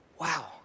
wow